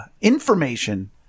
information